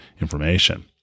information